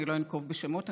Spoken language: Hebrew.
אני לא אנקוב בשמות,